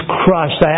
crushed